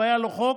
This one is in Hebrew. והיה לו חוק,